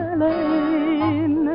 lane